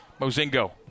Mozingo